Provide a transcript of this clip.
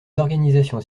organisations